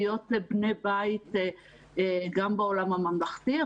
להיות בני בית גם בעולם הממלכתי,